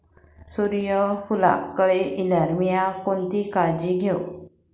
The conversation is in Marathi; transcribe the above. सूर्यफूलाक कळे इल्यार मीया कोणती काळजी घेव?